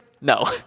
No